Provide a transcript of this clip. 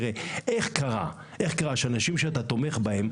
איך קרה שהאנשים שאתה תומך בהם,